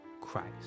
Christ